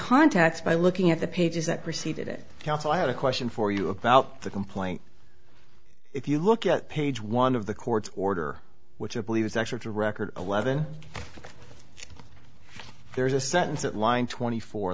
contacts by looking at the pages that preceded it counsel had a question for you about the complaint if you look at page one of the court's order which i believe is accurate record eleven there is a sentence that line twenty four